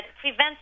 prevents